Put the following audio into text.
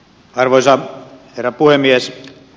arvoisa herra puhemies